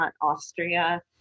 Austria